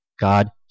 God